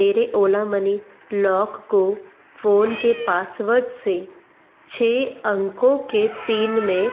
मेरे Ola money lock को phone के पासवर्ड से छः अंकों के पिन में